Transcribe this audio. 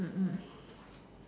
mm mm